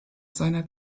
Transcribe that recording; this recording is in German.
seiner